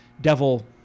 devil